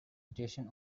station